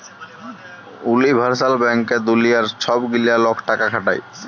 universal ব্যাংকে দুলিয়ার ছব গিলা লক টাকা খাটায়